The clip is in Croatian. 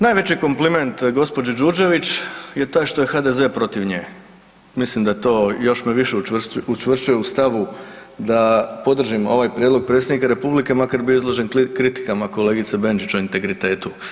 Najveći kompliment gospođi Đurđević je taj što je HDZ protiv nje, mislim da je to, još me više učvršćuje u stavu da podržim ovaj prijedlog Predsjednika Republike, makar bio izložen kritikama kolegice Benčić o integritetu.